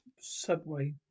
subway